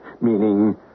Meaning